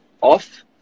off